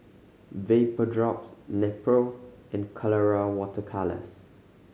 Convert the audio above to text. Vapodrops Nepro and Colora Water Colours